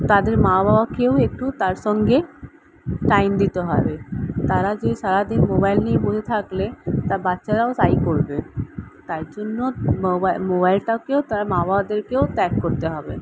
তাদের মা বাবাকেও একটু তার সঙ্গে টাইম দিতে হবে তারা যে সারা দিন মোবাইল নিয়ে বসে থাকলে তার বাচ্চারাও তাই করবে তাই জন্য মোবাইলটাকে তার মা বাবাদেরকেও ত্যাগ করতে হবে